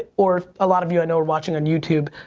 or a lot of you i know are watching on youtube,